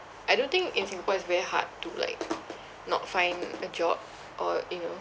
I don't think in singapore it's very hard to like not find a job or you know